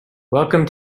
welcome